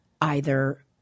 either-